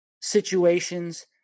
situations